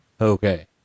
okay